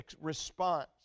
response